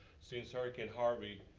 since hurricane harvey,